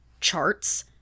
charts